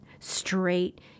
straight